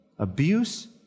Abuse